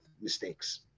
mistakes